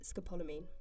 scopolamine